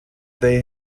they